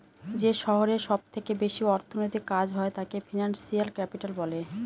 যে শহরে সব থেকে বেশি অর্থনৈতিক কাজ হয় তাকে ফিনান্সিয়াল ক্যাপিটাল বলে